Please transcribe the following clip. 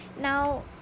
now